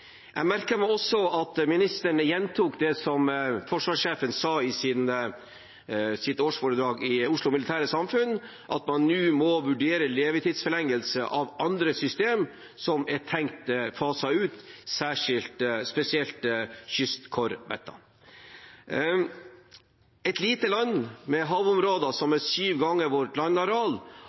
Jeg merket meg også at ministeren gjentok det som forsvarssjefen sa i sitt årsforedrag i Oslo Militære Samfund, at man nå må vurdere levetidsforlengelse av andre systemer som er tenkt faset ut, spesielt kystkorvettene. Et lite land med havområder som er syv ganger så stort som vårt landareal,